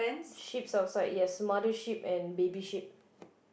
sheep's outside yes mother sheep and baby sheep